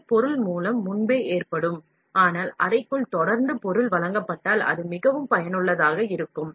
இதில் பொருள் முன்பே ஏற்றப்பட்டிருக்கும் ஆனால் அறைக்குள் தொடர்ந்து பொருள் வழங்கப்பட்டால் அது மிகவும் பயனுள்ளதாக இருக்கும்